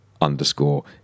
underscore